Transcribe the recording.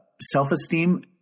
self-esteem